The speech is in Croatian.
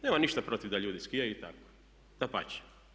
Nemam ništa protiv da ljudi skijaju i tako, dapače.